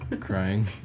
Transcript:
crying